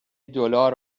دلار